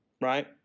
right